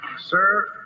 Sir